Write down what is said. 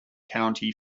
county